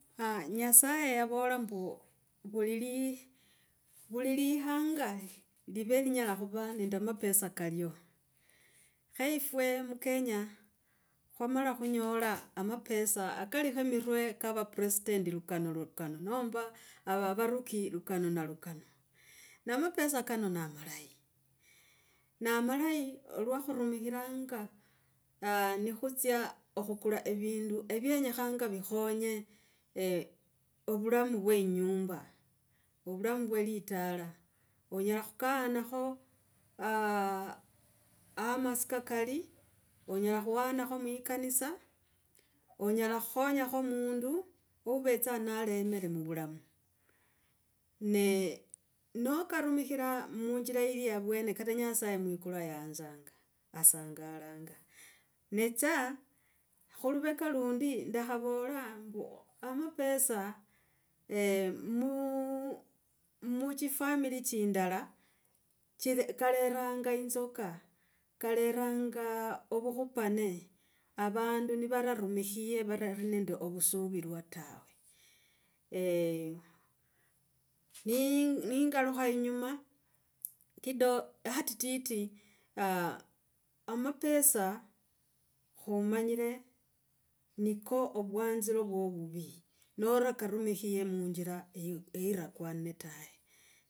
nyasaye yavola mbu, vuli li, vulilihanga live linyola khova nende mapesa kalyo. Kho yifwe mukenya khwamala. Khunyola amapesa kalikho mirwe ka mapresident lukano lukano nomba avarukii lukano na lukano. Na amapesa kano na amalayo, namalayi lwa khurumikhiranga aah nikhutsia khukula evindu vienyekhanga vikhonye ovulamu vwe inyumba. Ovulamu vwe elitala. Onyela khukaanakho amasika kali, onyela khuanakho muikanisa, onyela khukhonyakho mundu uvetsa nalemire muvulamu. Ne nokarumikha muinjili ili avwene kata nyasaye muikulu ayanzanga, asangalanga. Ne tsa khuluvela lundi, nakhavola mbu amapesa mu- muchifamily chindala chi kaleranga yinzuka. Kaleranga ovukhupane, avandi nivararumikhire valali nende ovusuvirwa tawe. ne nangalukha yinyuma kido hatititi, amapesa khumanyire niko ovwanzira vwo ovuvi norakarumirehe muinjira eirakwane tawe.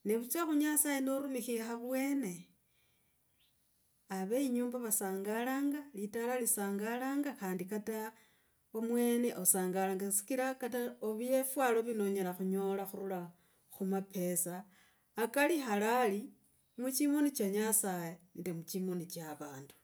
Ne vutsa khu nyasaye norumikire avwene, ave inyumba vasangalanga, litala lisangalanga khandi kata omwene osangalanga. Sikra kata ovyefwala vino onyela khumapesa kali halali mu chimoni cha nyasaye nende muchimoni cha avandu.